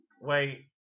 wait